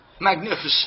Magnificent